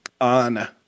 on